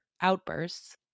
outbursts